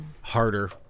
harder